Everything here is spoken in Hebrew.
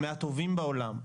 היא מהטובות בעולם.